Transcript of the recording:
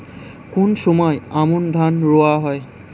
কোন সময় আমন ধান রোয়া হয়?